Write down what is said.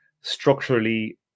structurally